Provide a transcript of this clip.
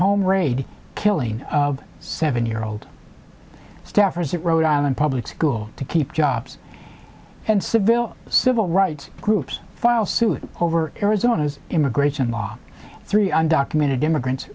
raid killing seven year old staffers at rhode island public school to keep jobs and seville civil rights groups file suit over arizona's immigration law three undocumented immigrants